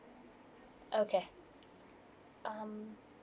okay um